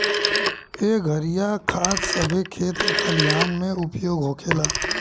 एह घरिया खाद सभे खेत खलिहान मे उपयोग होखेला